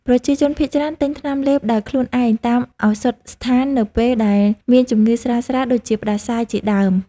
ប្រជាជនភាគច្រើនទិញថ្នាំលេបដោយខ្លួនឯងតាមឱសថស្ថាននៅពេលដែលមានជំងឺស្រាលៗដូចជាផ្ដាសាយជាដើម។